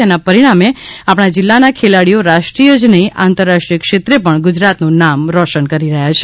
તેના પરિણામે આપણા જીલ્લાના ખેલાડીઓ રાષ્ટ્રીય જ નહી આંતરરાષ્ટ્રીય ક્ષેત્રે પણ ગુજરાતનું નામ રોશન કરી રહ્યા છે